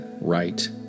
right